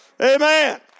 Amen